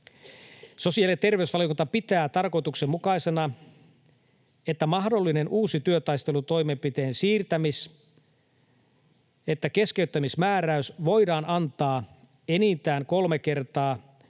Sosiaali- ja terveysvaliokunta pitää tarkoituksenmukaisena, että mahdollinen uusi työtaistelutoimenpiteen siirtämis- että keskeyttämismääräys voidaan antaa enintään kolme kertaa, ja ehdottaa